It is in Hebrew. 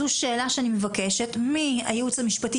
זו שאלה שאני מבקשת מהייעוץ המשפטי